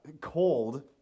cold